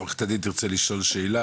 עורכת הדין תרצה לשאול שאלה,